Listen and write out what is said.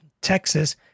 Texas